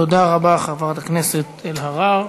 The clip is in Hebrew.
תודה רבה, חברת הכנסת אלהרר.